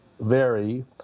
vary